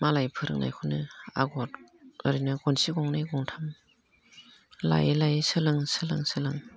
मालाय फोरोंनायखौनो आगर ओरैनो गनसि गंनै गंथाम लायै लायै सोलों सोलों सोलों